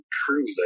true